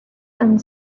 and